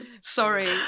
sorry